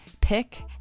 Pick